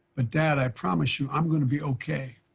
ah dad, i promise you, i'm going to be okay,